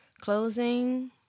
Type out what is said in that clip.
closing